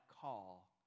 call